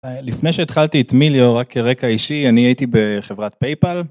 לפני שהתחלתי את מיליו רק כרקע אישי, אני הייתי בחברת פייפאל.